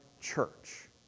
church